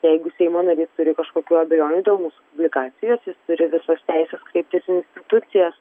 jeigu seimo narys turi kažkokių abejonių dėl mūsų publikacijos jis turi visas teises kreiptis į institucijas